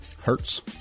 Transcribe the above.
hurts